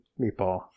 meatball